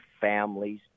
families